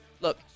Look